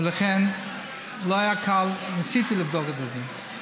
ולכן לא היה קל, ניסיתי לבדוק את זה.